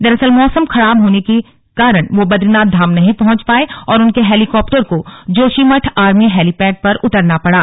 दरअसल मौसम खराब होने के कारण वो बदरीनाथ धाम नहीं पहंच पाये और उनके हेलीकॉप्टर को जोशीमठ आर्मी हेलीपैड पर उतरना पड़ा